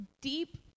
deep